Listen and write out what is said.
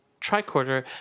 tricorder